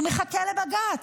והוא מחכה לבג"ץ.